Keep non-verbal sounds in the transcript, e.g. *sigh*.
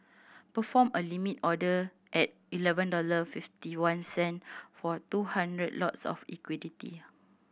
perform a Limit order at eleven dollar fifty one cent for two hundred lots of *unintelligible*